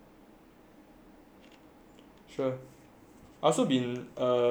sure also been uh trying to learn some spanish